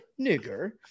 nigger